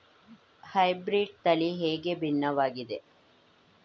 Hybrid ತಳಿ ಹೇಗೆ ಭಿನ್ನವಾಗಿದೆ?